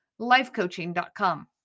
lifecoaching.com